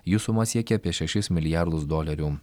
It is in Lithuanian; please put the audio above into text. jų suma siekia apie šešis milijardus dolerių